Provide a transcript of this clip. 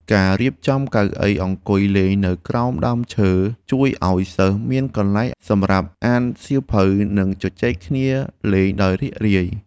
ការរៀបចំកៅអីអង្គុយលេងនៅក្រោមដើមឈើជួយឱ្យសិស្សមានកន្លែងសម្រាប់អានសៀវភៅ និងជជែកគ្នាលេងដោយរីករាយ។